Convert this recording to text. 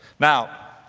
now,